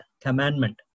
commandment